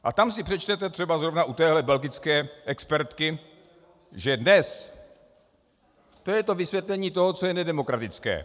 A tam si přečtete třeba zrovna u téhle belgické expertky, že dnes to je to vysvětlení toho, co je nedemokratické.